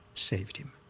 saved him,